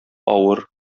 авыр